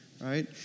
Right